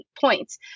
points